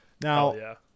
Now